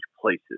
places